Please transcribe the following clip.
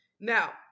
Now